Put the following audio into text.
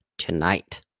tonight